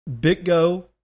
BitGo